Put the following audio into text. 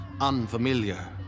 unfamiliar